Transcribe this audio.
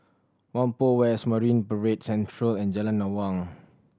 Whampoa West Marine Parade Central and Jalan Awang